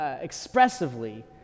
expressively